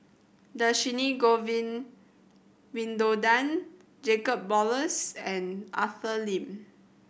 Dhershini Govin Winodan Jacob Ballas and Arthur Lim